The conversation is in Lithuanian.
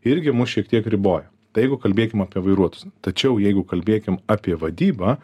irgi mus šiek tiek riboja tai jeigu kalbėkim apie vairuotojus tačiau jeigu kalbėkim apie vadybą